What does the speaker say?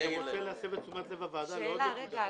אני רוצה להסב את תשומת לב הוועדה לעוד נקודה.